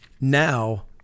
now